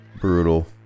Brutal